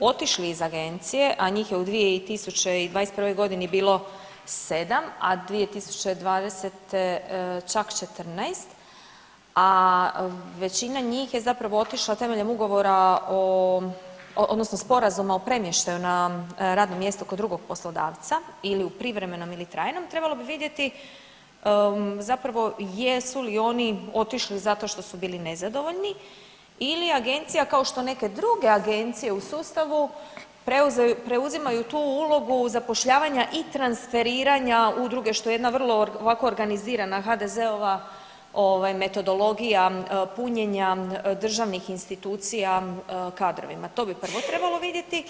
otišli iz agencije, a njih je u 2021.g. bilo sedam, a 2020. čak 14, a većina njih je zapravo otišla temeljem ugovora odnosno sporazuma o premještaju na radno mjesto kod drugog poslodavca ili u privremenom ili trajnom trebalo bi vidjeti zapravo jesu li oni otišli zato što su bili nezadovoljni ili agencija kao što neke druge agencije u sustavu preuzimaju tu ulogu zapošljavanja i transferiranja u druge što je jedna vrlo organizirana HDZ-ova metodologija punjenja državnih institucija kadrovima to bi prvo trebalo vidjeti.